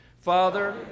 Father